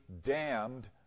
damned